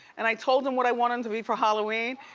and i told him what i want him to be for halloween,